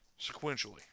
sequentially